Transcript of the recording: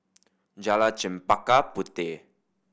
Jalan Chempaka Puteh